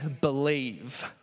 believe